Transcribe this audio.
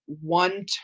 one